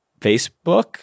Facebook